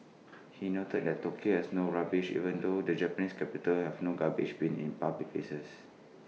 he noted that Tokyo has no rubbish even though the Japanese capital has no garbage bins in public places